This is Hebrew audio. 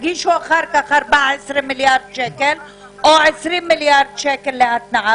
תגישו אחר כך 14 מיליארד שקל או20 מיליארד שקל להתנעה,